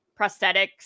prosthetics